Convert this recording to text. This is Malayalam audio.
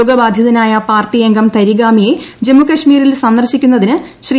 രോഗബാധിതനായ പാർട്ടിഅംഗംതരിഗാമിയെ ജമ്മുകൾമീരിൽ സന്ദർശിക്കുന്നതിന് ശ്രീ